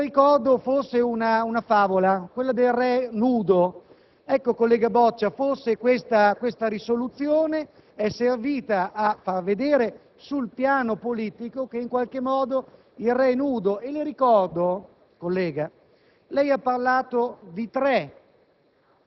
Le ricordo una favola, quella del re nudo. Ecco, collega Boccia, forse quella risoluzione è servita a far vedere, sul piano politico, che il re è nudo. Le ricordo, collega Boccia, che lei ha parlato di tre